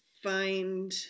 find